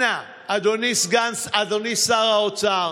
אנא, אדוני שר האוצר,